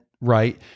right